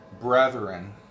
brethren